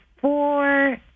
four